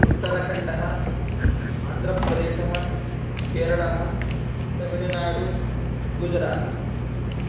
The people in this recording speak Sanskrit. उत्तराखण्डः आन्ध्रप्रदेशः केरलः तमिल्नाडु गुजरात्